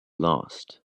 lost